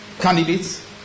candidates